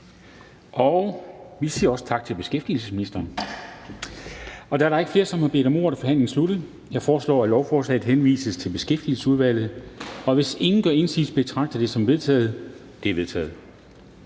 Vi siger også tak til beskæftigelsesministeren. Da der ikke er flere, der har bedt om ordet, er forhandlingen sluttet. Jeg foreslår, at lovforslaget henvises til Beskæftigelsesudvalget. Hvis ingen gør indsigelse, betragter jeg det som vedtaget. Det er vedtaget.